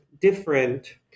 different